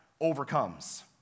overcomes